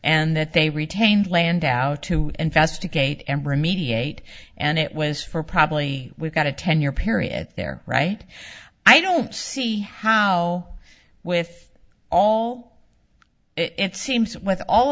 and that they retained landau to investigate and remediate and it was for probably we've got a ten year period there right i don't see how with all it seems with all